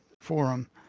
forum